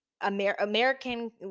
American